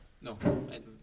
No